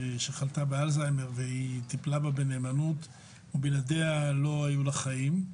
שחלתה באלצהיימר והיא טיפלה בה בנאמנות ובלעדיה לא היו לה חיים,